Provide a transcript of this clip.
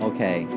Okay